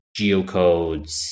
geocodes